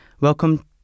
Welcome